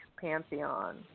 pantheon